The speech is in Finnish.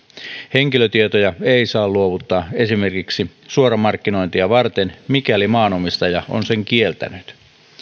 henkilötietoja ei saa luovuttaa esimerkiksi suoramarkkinointia varten mikäli maanomistaja on sen kieltänyt